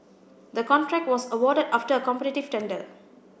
the contract was awarded after a competitive tender